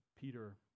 Peter